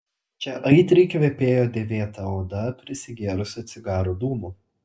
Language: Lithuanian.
čia aitriai kvepėjo dėvėta oda prisigėrusią cigarų dūmų